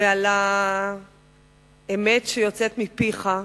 ועל האמת שיוצאת מפיך.